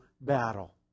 battle